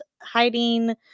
hiding